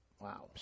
Wow